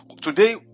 today